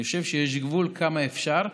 אני חושב שיש גבול כמה אפשר.